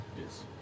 Yes